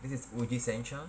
this is woody sanction